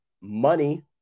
money